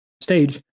stage